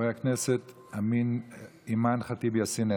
חברת הכנסת אימאן ח'טיב יאסין,